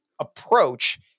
approach